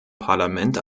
parlament